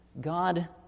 God